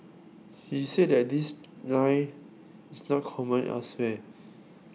he said that this night is not common elsewhere